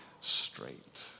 straight